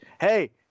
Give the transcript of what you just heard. hey